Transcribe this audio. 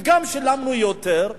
וגם שילמנו יותר.